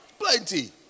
Plenty